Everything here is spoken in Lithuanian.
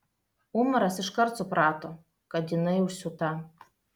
umaras iškart suprato kad jinai užsiūta